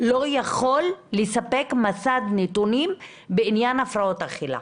לא יכול לספק מסד נתונים בעניין הפרעות אכילה.